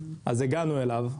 אז הגענו אליו,